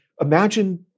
imagine